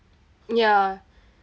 ya